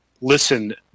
Listen